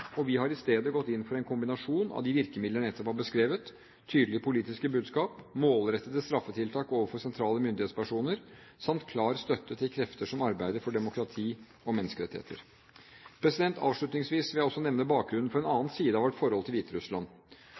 og vi har i stedet gått inn for en kombinasjon av de virkemidler jeg nettopp har beskrevet: Tydelige politiske budskap, målrettede straffetiltak overfor sentrale myndighetspersoner samt klar støtte til krefter som arbeider for demokrati og menneskerettigheter. Avslutningsvis vil jeg også nevne bakgrunnen for en annen side ved vårt forhold til